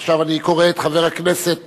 עכשיו אני קורא את חבר הכנסת,